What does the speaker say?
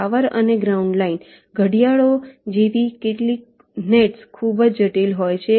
power અને ground line ઘડિયાળો જેવી કેટલીક નેટ્સ ખૂબ જ જટિલ હોય છે